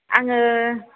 आङो